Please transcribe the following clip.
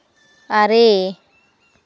ᱟᱨᱮ